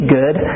good